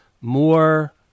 more